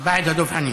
אחרי זה, דב חנין.